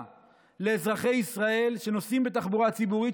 לאזרחי ישראל שנוסעים בתחבורה הציבורית,